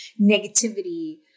negativity